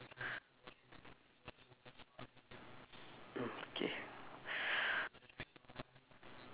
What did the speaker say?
okay